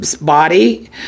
body